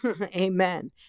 Amen